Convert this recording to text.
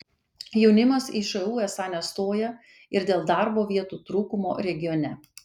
jaunimas į šu esą nestoja ir dėl darbo vietų trūkumo regione